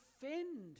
defend